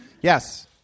Yes